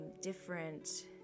different